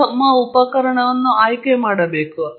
ಯಾವುದೇ ಮಾದರಿಯು ಸಂಪೂರ್ಣವಾಗಿ ವಿವರಿಸುವುದನ್ನು ನೆನಪಿಡಿ